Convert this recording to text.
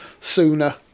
sooner